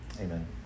Amen